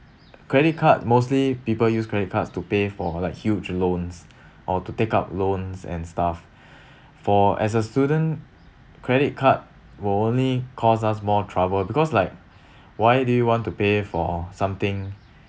credit card mostly people use credit cards to pay for like huge loans or to take out loans and stuff for as a student credit card will only cause us more trouble because like why do you want to pay for something